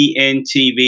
ENTV